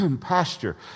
pasture